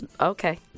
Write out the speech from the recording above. Okay